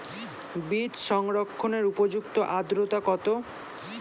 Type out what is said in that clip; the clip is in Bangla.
বীজ সংরক্ষণের উপযুক্ত আদ্রতা কত?